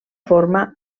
forma